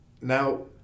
now